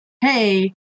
hey